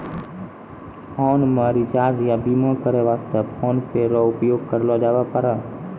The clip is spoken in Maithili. फोन मे रिचार्ज या बीमा करै वास्ते फोन पे रो उपयोग करलो जाबै पारै